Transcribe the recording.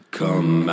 come